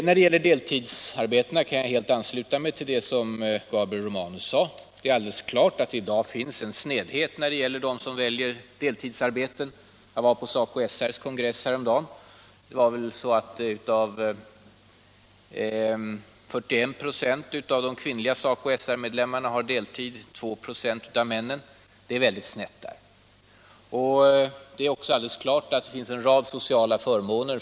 När det gäller deltidsarbetena kan jag helt ansluta mig till det som Gabriel Romanus sade. Det är alldeles klart att det i dag finns en snedhet i fördelningen av dem som väljer deltidsarbete. Jag var på SACO SR-medlemmarna har deltid mot 2?» av männen. Det är en mycket sned fördelning. De deltidsarbetande är också missgynnade i fråga om sociala förmåner.